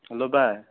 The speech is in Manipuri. ꯍꯜꯂꯣ ꯚꯥꯏ